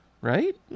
Right